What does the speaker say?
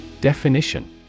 Definition